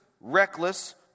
reckless